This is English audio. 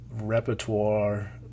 repertoire